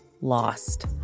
lost